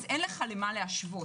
אז אין לך למה להשוות.